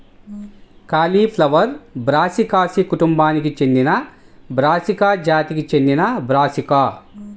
cauliflower brassicaceae కుటుంబానికి చెందినబ్రాసికా జాతికి చెందినబ్రాసికా